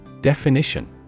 Definition